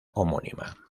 homónima